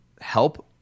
help